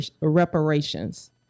reparations